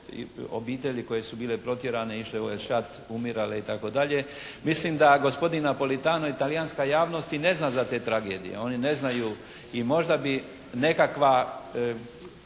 obitelji koje su bile protjerane, išle u … /Govornik se ne razumije./ … umirale itd. Mislim da gospodin Napolitano i talijanska javnost i ne zna za te tragedije. Oni ne znaju i možda bi nekakva